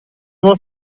was